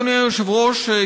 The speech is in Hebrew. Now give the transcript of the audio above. אדוני היושב-ראש,